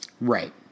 Right